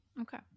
okay